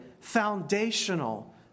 foundational